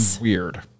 weird